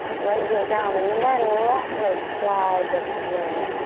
right heel down and then left leg slides up slow.